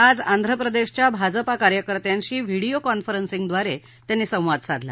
आज आंध्रप्रदेशच्या भाजपा कार्यकर्त्यांशी व्हिडिओ कॉन्फरन्सिंगद्वारे त्यांनी संवाद साधला